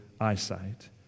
eyesight